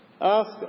Ask